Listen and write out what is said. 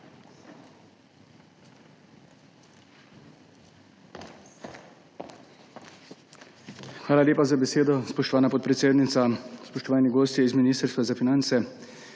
Hvala lepa za besedo, spoštovana podpredsednica. Spoštovani gostje z Ministrstva za finance,